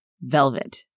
velvet